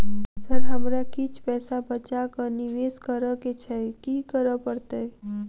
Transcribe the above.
Sir हमरा किछ पैसा बचा कऽ निवेश करऽ केँ छैय की करऽ परतै?